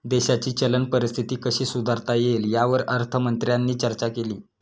देशाची चलन परिस्थिती कशी सुधारता येईल, यावर अर्थमंत्र्यांनी चर्चा केली